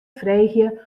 freegje